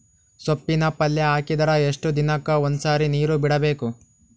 ಸೊಪ್ಪಿನ ಪಲ್ಯ ಹಾಕಿದರ ಎಷ್ಟು ದಿನಕ್ಕ ಒಂದ್ಸರಿ ನೀರು ಬಿಡಬೇಕು?